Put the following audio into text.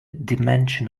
dimension